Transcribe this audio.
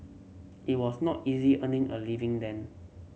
it was not easy earning a living then